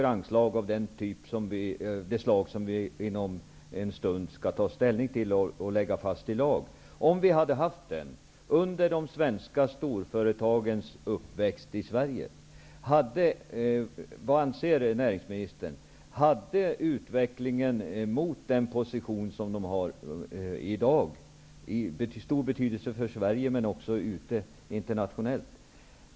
Om vi hade haft den typ av konkurrenslag som vi snart skall ta ställning till under de svenska storföretagens uppväxt i Sverige, hade företagens utveckling till den position de innehar i dag haft någon betydelse för Sverige och även internationellt?